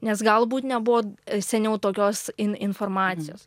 nes galbūt nebuvo seniau tokios informacijos